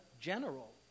general